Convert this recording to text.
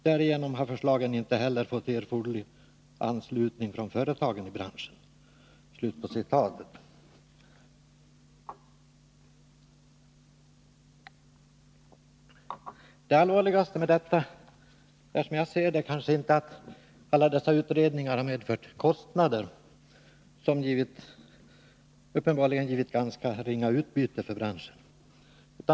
Därigenom har förslagen inte heller fått erforderlig anslutning från företagen i branschen.” Det allvarligaste med detta är inte, som jag ser det, att alla dessa utredningar medfört kostnader som uppenbarligen givit ganska ringa utbyte för branschen.